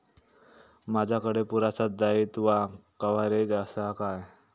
माजाकडे पुरासा दाईत्वा कव्हारेज असा काय?